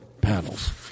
panels